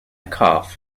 cough